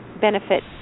benefit